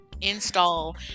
Install